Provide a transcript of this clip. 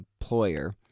employer